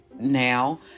now